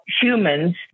humans